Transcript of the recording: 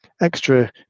extra